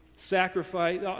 Sacrifice